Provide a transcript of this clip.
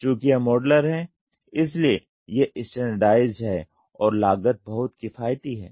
चूंकि यह मॉड्यूलर है इसलिए यह स्टैंडर्डाइज़्ड है और लागत बहुत किफायती है